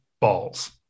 balls